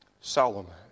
Solomon